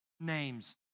names